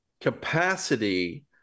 capacity